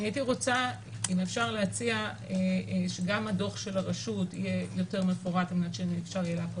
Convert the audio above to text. הייתי רוצה שגם דוח הרשות יהיה יותר מפורט כדי שאפשר יהיה לעקוב,